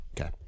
Okay